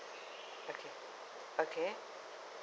okay okay